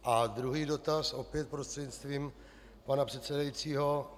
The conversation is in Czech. A druhý dotaz, opět prostřednictvím pana předsedajícího.